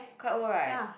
quite old right